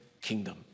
kingdom